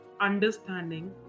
understanding